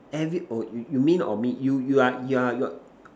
every oh you you mean or me you you are you are you are